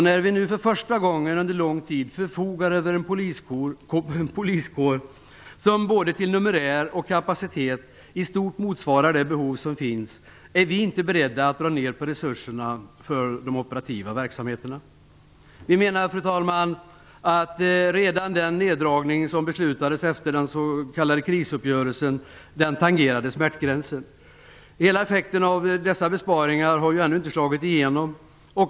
När vi nu för första gången under lång tid förfogar över en poliskår som både numerärt och i kapacitet i stort motsvarar behovet är vi inte beredda att göra neddragningar i de operativa verksamheternas resurser. Vi menar, fru talman, att redan den neddragning som beslutades efter den s.k. krisuppgörelsen tangerade smärtgränsen. Hela effekten av dessa besparingar har ännu inte slagit igenom.